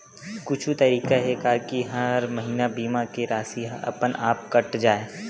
कुछु तरीका हे का कि हर महीना बीमा के राशि हा अपन आप कत जाय?